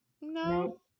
No